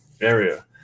area